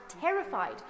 terrified